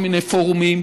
כל מיני פורומים,